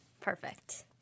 Perfect